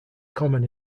common